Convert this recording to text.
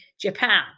Japan